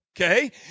Okay